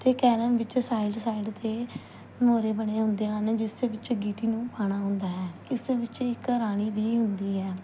ਅਤੇ ਕੈਰਮ ਵਿੱਚ side side 'ਤੇ ਮੋਰੇ ਬਣੇ ਹੁੰਦੇ ਹਨ ਜਿਸ ਵਿੱਚ ਗੀਟੀ ਨੂੰ ਪਾਉਣਾ ਹੁੰਦਾ ਹੈ ਇਸ ਵਿੱਚ ਇੱਕ ਰਾਣੀ ਵੀ ਹੁੰਦੀ ਹੈ